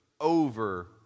over